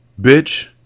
Bitch